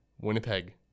Winnipeg